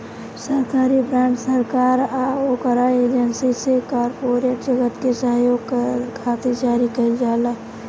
सरकारी बॉन्ड सरकार आ ओकरा एजेंसी से कॉरपोरेट जगत के सहयोग खातिर जारी कईल जाला